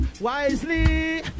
wisely